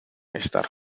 estar